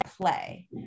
play